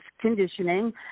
conditioning